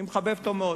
אני מחבב אותו מאוד.